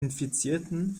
infizierten